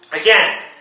Again